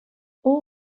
all